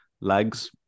Legs